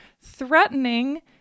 threatening